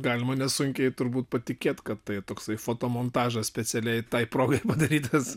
galima nesunkiai turbūt patikėti kad tai toksai fotomontažas specialiai tai progai padarytas